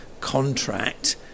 contract